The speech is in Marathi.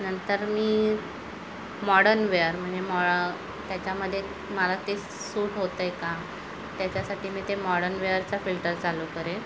नंतर मी मॉडन वेअर म्हणजे मॉ त्याच्यामध्ये मला ते सूट होतं आहे का त्याच्यासाठी मी ते मॉडर्न वेअरचा फिल्टर चालू करेन